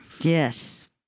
Yes